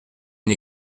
une